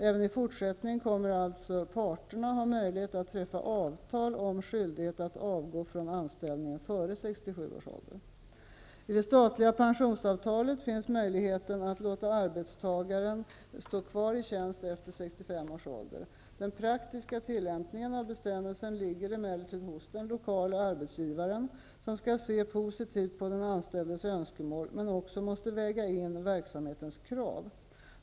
Även i fortsättningen kommer alltså parterna att ha möjlighet att träffa avtal om skyldighet att avgå från anställningen före I det statliga pensionsavtalet finns möjligheten att låta arbetstagaren stå kvar i tjänst efter 65 års ålder. Den praktiska tillämpningen av bestämmelsen ligger emellertid hos den lokale arbetsgivaren, som skall se positivt på den anställdes önskemål, men också måste väga in verksamhetens krav.